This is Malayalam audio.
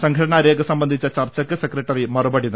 സംഘടനാ രേഖ സംബന്ധിച്ച ചർച്ചക്ക് സെക്രട്ടറി മറുപടി നൽകും